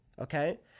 Okay